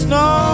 no